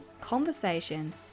conversation